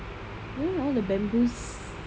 you know the bamboos